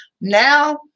now